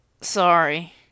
Sorry